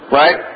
right